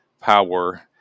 power